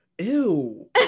Ew